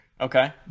Okay